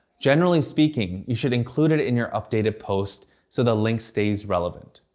generally speaking, you should include it in your updated post so the link stays relevant.